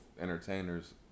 entertainers